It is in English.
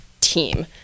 team